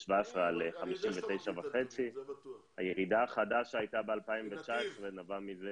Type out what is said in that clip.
ב-17' על 59.5. הירידה החדה שהייתה ב-2019 נבעה מזה